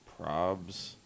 Probs